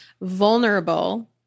vulnerable